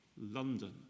London